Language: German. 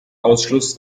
ausschluss